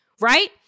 right